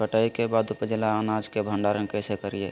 कटाई के बाद उपजल अनाज के भंडारण कइसे करियई?